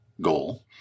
goal